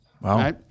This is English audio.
Wow